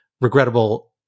regrettable